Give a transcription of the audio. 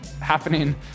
happening